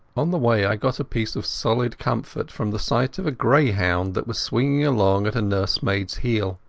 on the way i got a piece of solid comfort from the sight of a greyhound that was swinging along at a nursemaidas heels.